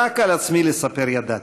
רק על עצמי לספר ידעתי,